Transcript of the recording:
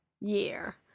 year